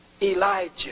Elijah